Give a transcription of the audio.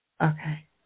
Okay